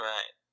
Right